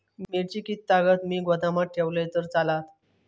मिरची कीततागत मी गोदामात ठेवलंय तर चालात?